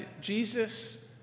Jesus